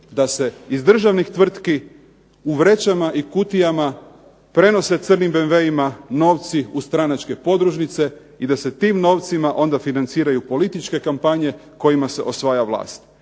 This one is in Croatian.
da se iz državnih tvrtki u vrećama i kutijama prenosi crnim BMW-ima novci u stranačke podružnice i da se tim novcima onda financiraju političke kampanje kojima se osvaja vlast.